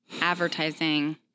advertising